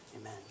Amen